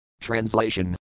Translation